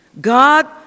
God